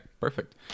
perfect